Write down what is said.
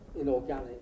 inorganic